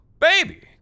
baby